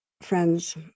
friends